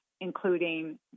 including